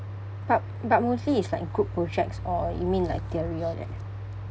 but but mostly it's like group projects or you mean like theory all that